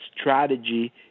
strategy